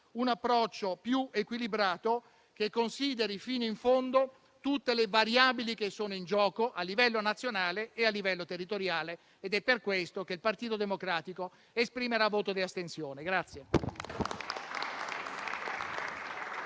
un approccio più equilibrato, che consideri fino in fondo tutte le variabili che sono in gioco a livello nazionale e a livello territoriale. È per questo che il Gruppo Partito Democratico si asterrà dal